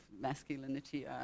masculinity